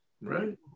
Right